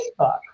Facebook